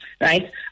right